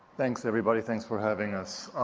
thanks everybody, thanks for having us.